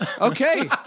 Okay